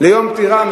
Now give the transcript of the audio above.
ביום הפטירה.